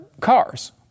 cars